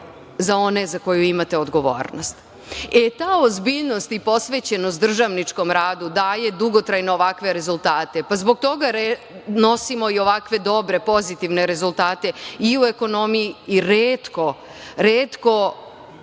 za one za koje imate odgovornost. Ta ozbiljnost i posvećenost državničkom radu daje dugotrajno ovakve rezultate, pa zbog toga i nosimo ovakve dobre i pozitivne rezultate i u ekonomiji i retko visoke